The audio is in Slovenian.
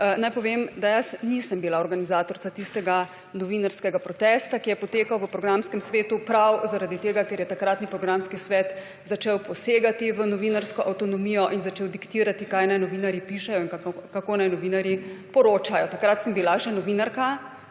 Naj povem, da jaz nisem bila organizatorica tistega novinarskega protesta, ki je potekal v programskem svetu prav zaradi tega, ker je takratni programski svet začel posegati v novinarsko avtonomijo in začel diktirati, kaj naj novinarji pišejo in kako naj novinarji poročajo. Takrat sem bila še novinarka.